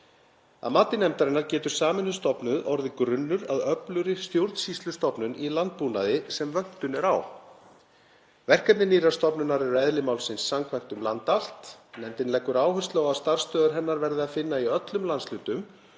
Að mati nefndarinnar getur sameinuð stofnun orðið grunnur að öflugri stjórnsýslustofnun í landbúnaði sem vöntun er á. Verkefni nýrrar stofnunar eru eðli málsins samkvæmt um land allt. Nefndin leggur áherslu á að starfsstöðvar hennar verði að finna í öllum landshlutum